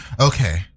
Okay